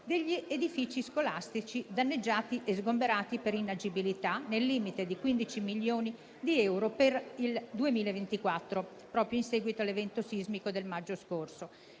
degli edifici scolastici danneggiati e sgomberati per inagibilità, nel limite di 15 milioni di euro per il 2024, proprio in seguito all'evento sismico del maggio scorso.